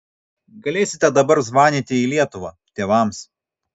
galėsite dabar zvanyti į lietuvą tėvams